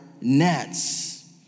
nets